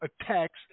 attacks